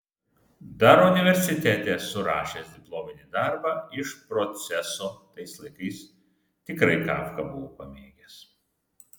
dar universitete esu rašęs diplominį darbą iš proceso tais laikais tikrai kafką buvau pamėgęs